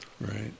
right